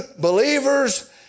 believers